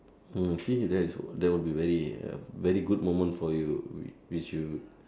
mm see that's what that would be very uh very good moment for you which you